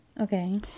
Okay